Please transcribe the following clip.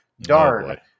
Darn